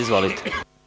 Izvolite.